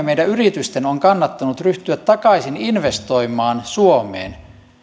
meidän yritysten on kannattanut ryhtyä investoimaan takaisin suomeen